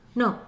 no